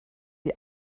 die